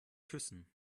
küssen